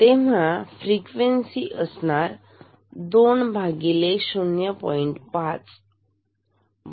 तर फ्रिक्वेन्सी असेल 2 0